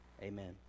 Amen